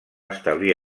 establir